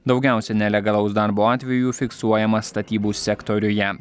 daugiausia nelegalaus darbo atvejų fiksuojama statybų sektoriuje